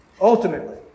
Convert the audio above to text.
ultimately